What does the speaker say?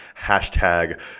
hashtag